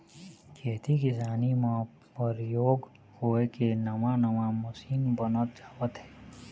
खेती किसानी म परयोग होय के नवा नवा मसीन बनत जावत हे